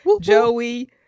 Joey